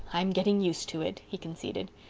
i'm getting used to it, he conceded.